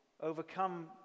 overcome